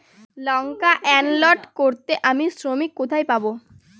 লঙ্কা unload করতে আমি শ্রমিক কোথায় পাবো?